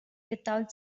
without